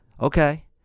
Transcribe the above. Okay